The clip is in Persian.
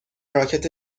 راکت